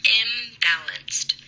imbalanced